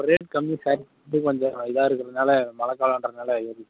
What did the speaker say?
rate கம்மி sir கொஞ்சம் இதாக இருக்கிறதுனால மழைகாலம்ன்றதுனால ஏறிடுச்சு சார்